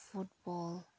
football